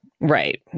Right